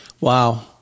Wow